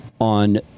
on